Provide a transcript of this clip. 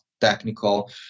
technical